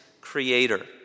creator